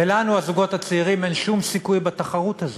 ולנו, הזוגות הצעירים, אין שום סיכוי בתחרות הזאת.